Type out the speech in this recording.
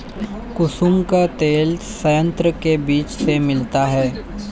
कुसुम का तेल संयंत्र के बीज से मिलता है